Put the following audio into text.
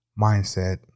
mindset